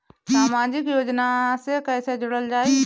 समाजिक योजना से कैसे जुड़ल जाइ?